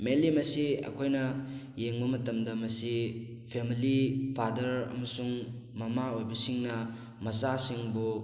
mainly ꯃꯁꯤ ꯑꯩꯈꯣꯏꯅ ꯌꯦꯡꯕ ꯃꯇꯝꯗ ꯃꯁꯤ ꯐꯦꯃꯂꯤ ꯐꯥꯗꯔ ꯑꯃꯁꯨꯡ ꯃꯃꯥ ꯑꯣꯏꯕꯁꯤꯡꯅ ꯃꯆꯥꯁꯤꯡꯕꯨ